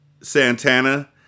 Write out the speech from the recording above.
Santana